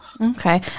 okay